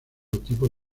tipo